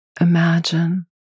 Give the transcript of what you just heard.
imagine